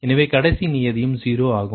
எனவே கடைசி நியதியும் 0 ஆகும்